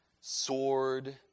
sword